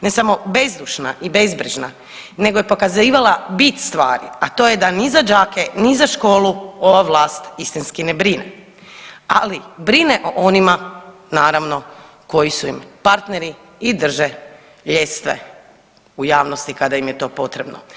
Ne samo bezdušna i bezbrižna nego je pokazivala bit stvari, a to je da ni za đake, ni za školu ova vlast istinski ne brine, ali brine o onima naravno koji su im partneri i drže ljestve u javnosti kada im je to potrebno.